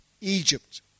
Egypt